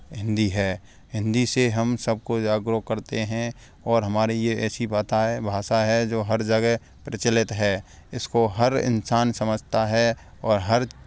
हिंदी है हिंदी से हम सबको जागरुक करते हैं और हमारे यह ऐसी बाता है भाषा है जो हर जगह प्रचलित है इसको हर इंसान समझता है और हर